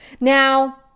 Now